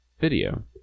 video